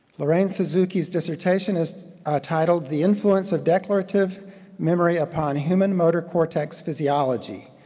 lorraine suzuki's dissertation is titled the influence of declarative memory upon human motor cortex physiology.